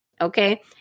Okay